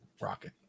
Rocket